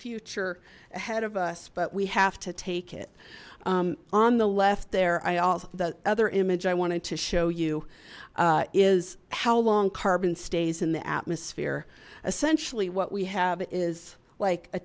future ahead of us but we have to take it on the left there i all the other image i wanted to show you is how long carbon stays in the atmosphere essentially what we have is like a